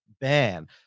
ban